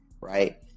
right